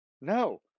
no